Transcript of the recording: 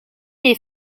les